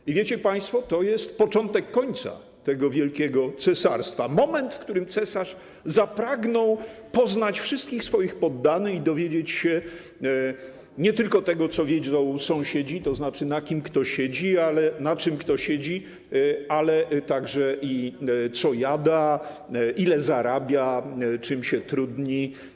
I wiecie państwo, to jest początek końca tego wielkiego cesarstwa - moment, w którym cesarz zapragnął poznać wszystkich swoich poddanych i dowiedzieć się nie tylko tego, co wiedzą sąsiedzi, tzn. na czym kto siedzi, ale także i co jada, ile zarabia, czym się trudni.